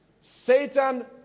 Satan